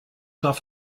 darf